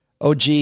OG